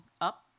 up